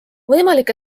võimalik